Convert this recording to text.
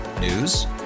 News